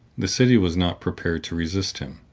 the city was not prepared to resist him.